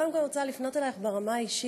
קודם כול, אני רוצה לפנות אלייך ברמה האישית.